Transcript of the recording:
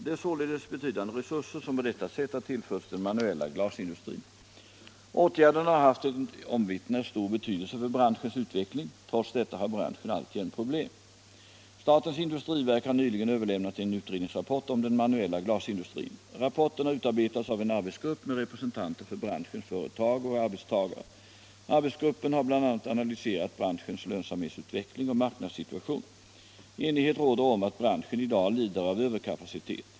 Det är således betydande resurser som på detta sätt har tillförts den manuella glasindustrin. Åtgärderna har haft en omvittnat stor betydelse för branschens utveckling. Trots detta har branschen alltjämt problem. Statens industriverk har nyligen överlämnat en utredningsrapport om den manuella glasindustrin. Rapporten har utarbetats av en arbetsgrupp med representanter för branschens företag och arbetstagare. Arbetsgruppen har bl.a. analyserat branschens lönsamhetsutveckling och marknadssituation. Enighet råder om att branschen i dag lider av överkapacitet.